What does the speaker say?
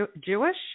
Jewish